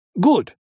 Good